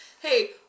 hey